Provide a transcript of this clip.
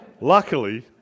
luckily